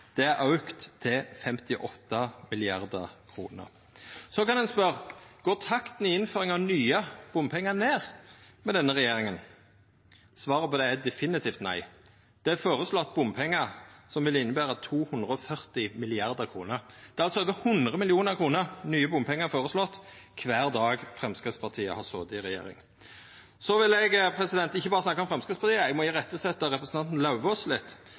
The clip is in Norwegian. Det har auka til 58 mrd. kr. Går så takta i innføringa av nye bompengar ned med denne regjeringa? Svaret på det er definitivt nei. Det er føreslått bompengar som vil innebera 240 mrd. kr. Det er over 100 mill. kr nye bompengar føreslått kvar dag Framstegspartiet har sete i regjering. Så vil eg ikkje berre snakka om Framstegspartiet. Eg må irettesetja representanten Lauvås litt,